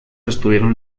estuvieron